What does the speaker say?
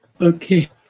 Okay